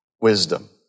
wisdom